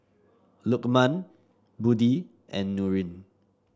Lukman Budi and Nurin